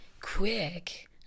quick